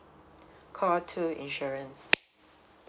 call two insurance